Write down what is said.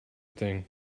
thing